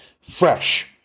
fresh